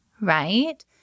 Right